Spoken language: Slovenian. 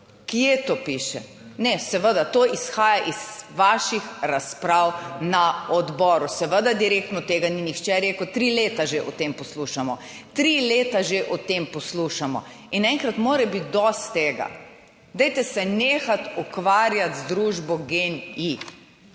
Kje to piše? Ne, seveda, to izhaja iz vaših razprav na odboru, seveda direktno tega ni nihče rekel. Tri leta že o tem poslušamo, tri leta že o tem poslušamo in enkrat mora biti dosti tega. Dajte se nehati ukvarjati z družbo GEN-I.